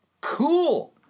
cool